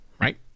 right